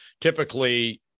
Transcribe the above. typically